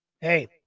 hey